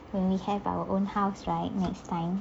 when we have our own house right next time